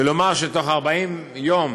ולומר שתוך 40 יום